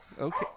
okay